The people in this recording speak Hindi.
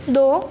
दो